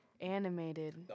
Animated